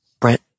Brent